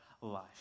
life